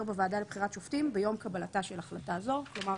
בוועדה לבחירת שופטים ביום קבלתה של החלטה זו." כלומר,